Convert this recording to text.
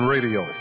Radio